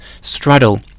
straddle